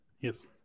Yes